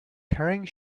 carrying